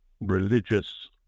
religious